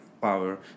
power